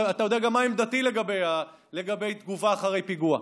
אתה יודע גם מה עמדתי לגבי תגובה אחרי פיגוע,